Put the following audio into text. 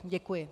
Děkuji.